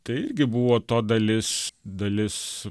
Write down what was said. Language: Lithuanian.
tai irgi buvo to dalis dalis